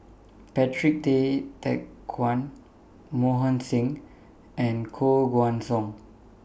Patrick Tay Teck Guan Mohan Singh and Koh Guan Song